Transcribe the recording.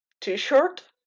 t-shirt